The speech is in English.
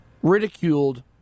ridiculed